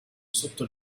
sotto